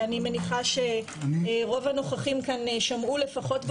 ואני מניחה שרוב הנוכחים כאן שמעו לפחות בתקשורת.